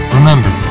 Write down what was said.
Remember